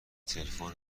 تلفن